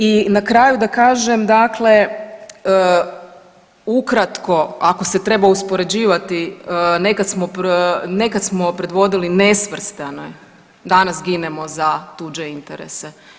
I na kraju da kažem dakle ukratko ako se treba uspoređivati, nekad smo, nekad smo provodili nesvrstane, danas ginemo za tuđe interese.